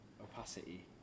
opacity